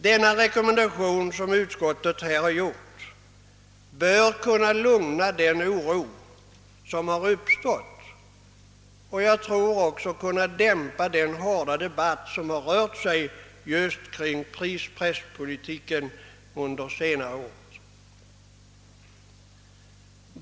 Den rekommendation som härvidlag gjorts bör kunna stilla den oro som uppstått och, tror jag, även kunna dämpa den hårda debatt som prispresspolitiken givit upphov till under det senaste året.